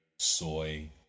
Soy